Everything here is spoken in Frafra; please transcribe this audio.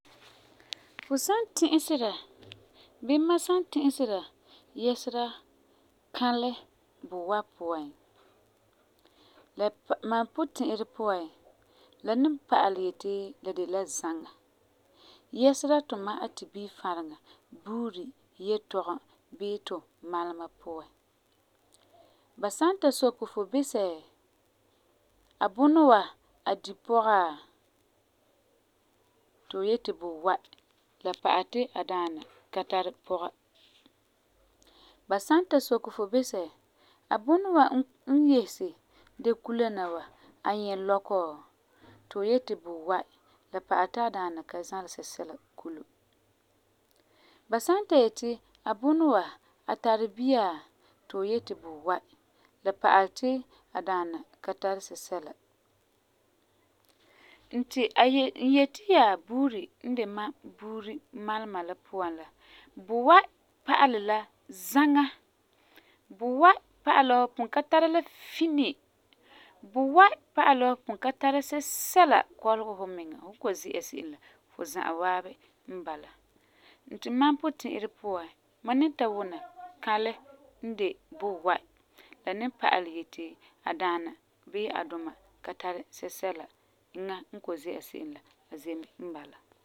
Fu san ti'isera bii mam san ti'isera yɛsera kãlɛ buwai puan, la pa mam puti'irɛ puan la ni pa'alɛ ti la de la zãŋa yɛsera tumam Atibiire fãreŋa buuri yetɔgum bii tu malema puan. Ba san ta soke fu bisɛ Abunɔ wa, a di pɔga? Ti fu yeti buwai, la pa'alɛ ti a daana ka tari pɔga. Ba san ta soke fu bisɛ Abubɔ wa n yese gee kula na wa, a nyɛ lɔkɔ? Ti fu yeti buwai, la pa'alɛ ti a daana ka zalɛ sɛsɛla kulum. Ba san ta yeti, Abunɔ wa a tari bia? Ti fu yeti buwai, la pa'alɛ ti A daana ka tari sɛsɛla. Ti n Ayeti yaa buuri n de mam buuri malema la puan la, buwai pa'alɛ la zaŋa, buwai pa'alɛ la fu pugum ka tara la fini, buwai pa'alɛ la fu pugum ka tara sɛla sɛla kɔlegɛ fu miŋa. Fum n kɔ'ɔm zɛ se'em la, fu za'a waabi n bala. Ti mam puti'irɛ puan, mam ni ta wuna kãlɛ n de buwai la ni pa'alɛ yeti a daana bii a duma ka tari sɛsɛla. Eŋa n kɔ'ɔm zi'a se'em la a ze mɛ n la.